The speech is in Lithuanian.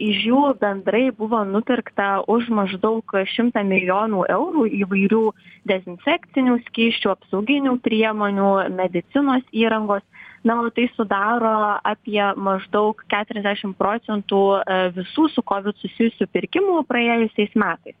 iš jų bendrai buvo nupirkta už maždaug šimtą milijonų eurų įvairių dezinfekcinių skysčių apsauginių priemonių medicinos įrangos na o tai sudaro apie maždaug keturiasdešim procentų visų su kovid susijusių pirkimų praėjusiais metais